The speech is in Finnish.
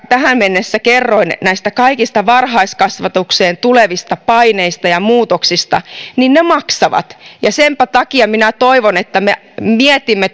tähän mennessä tästä listauksesta näistä kaikista varhaiskasvatukseen tulevista paineista ja muutoksista niin ne maksavat ja senpä takia minä toivon että me mietimme